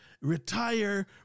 retire